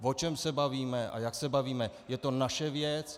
O čem se bavíme a jak se bavíme, je naše věc.